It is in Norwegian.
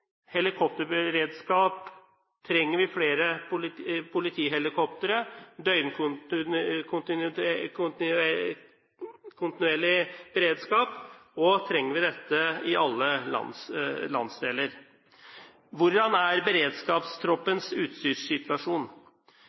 helikopterberedskap? Trenger vi flere politihelikoptre, og trenger vi døgnkontinuerlig beredskap i alle landsdeler? Hvordan er Beredskapstroppens utstyrssituasjon?